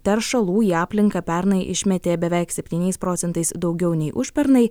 teršalų į aplinką pernai išmetė beveik septyniais procentais daugiau nei užpernai